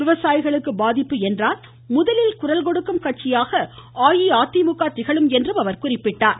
விவசாயிகளுக்கு பாதிப்பு என்றால் முதலில் குரல் கொடுக்கும் கட்சியாக அஇஅதிமுக திகழும் என்றும் குறிப்பிட்டார்